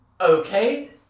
Okay